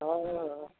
ହଉ ହଉ